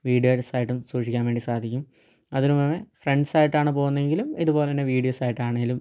വീഡിയോസായിട്ടും സൂക്ഷിക്കാൻ വേണ്ടി സാധിക്കും അതിന് പുറമെ ഫ്രെൻഡ്സായിട്ടാണ് പോകുന്നേങ്കിലും ഇതുപോലെ തന്നെ വീഡിയോസായിട്ടാണേലും